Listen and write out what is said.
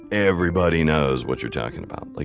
everybody knows what you're talking about. like